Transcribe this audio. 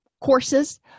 Courses